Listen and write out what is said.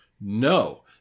No